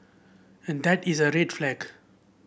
and that is a red flag